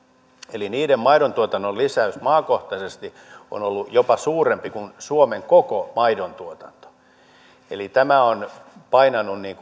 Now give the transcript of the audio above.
eli niiden maidontuotannon lisäys maakohtaisesti on ollut jopa suurempi kuin suomen koko maidontuotanto tämä on painanut